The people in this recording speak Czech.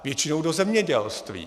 Většinou do zemědělství.